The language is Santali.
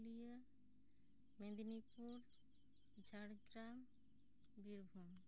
ᱢᱮᱫᱽᱱᱤᱯᱩᱨ ᱡᱷᱟᱨᱠᱷᱚᱱᱰ ᱵᱤᱨᱵᱷᱩᱢ